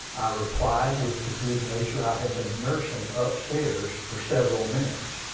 i replied, with the good-nature i had been nursing up-stairs for several minutes.